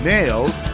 Nails